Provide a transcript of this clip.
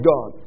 God